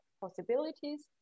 possibilities